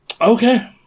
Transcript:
Okay